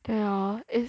对咯